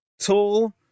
Tall